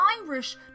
Irish